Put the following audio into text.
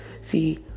See